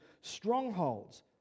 strongholds